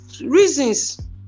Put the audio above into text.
reasons